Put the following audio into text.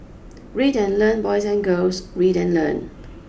read and learn boys and girls read and learn